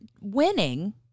winning